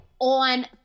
on